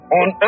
on